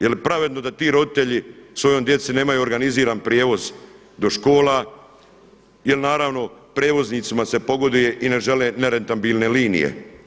Je li pravedno da ti roditelji svojoj djeci nemaju organiziran prijevoz do škola, jer naravno prijevoznicima se pogoduje i ne žele nerentabilne linije.